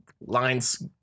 lines